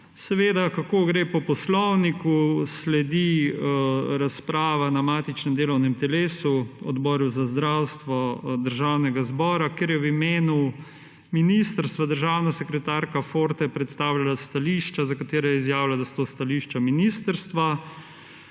veto. Kako gre po Poslovniku? Sledi razprava na matičnem delovnem telesu – Odboru za zdravstvo Državnega zbora, kjer je v imenu ministrstva državna sekretarka Forte predstavljala stališča, za katere je izjavila, da so to stališča ministrstva.